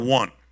one